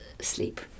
sleep